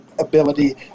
ability